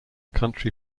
country